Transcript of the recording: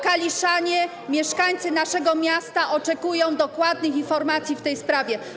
Kaliszanie, mieszkańcy naszego miasta, oczekują dokładnych informacji w tej sprawie.